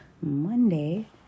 Monday